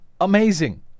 amazing